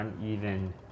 uneven